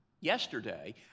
yesterday